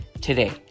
today